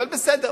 אבל בסדר,